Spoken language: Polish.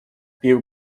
bił